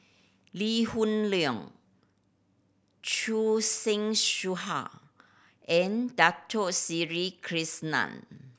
Lee Hoon Leong Choor Singh and Dato Sri Krishna